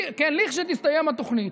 לכשתסתיים התוכנית.